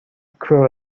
cruel